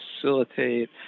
facilitate